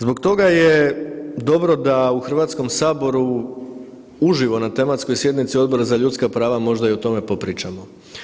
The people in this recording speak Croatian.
Zbog toga je dobro da u Hrvatskom saboru uživo na tematskoj sjednici Odbora za ljudska prava možda i o tome popričamo.